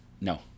No